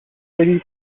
سری